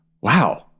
Wow